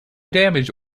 damage